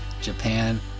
Japan